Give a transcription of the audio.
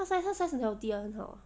他 size 他 size 很 healthy ah 很好